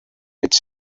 its